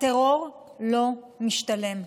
הטרור לא משתלם.